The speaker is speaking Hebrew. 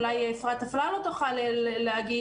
אולי אפרת אפללו תוכל להגיד,